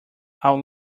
out